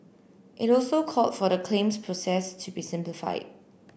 it also called for the claims process to be simplified